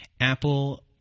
Apple